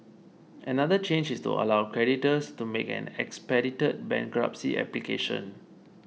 another change is to allow creditors to make an expedited bankruptcy application